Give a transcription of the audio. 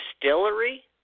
distillery